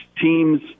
teams –